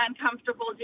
uncomfortable